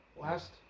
last